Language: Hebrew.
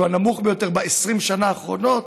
שהוא הנמוך ביותר ב-20 שנה האחרונות,